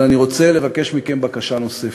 אבל אני רוצה לבקש מכם בקשה נוספת: